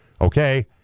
okay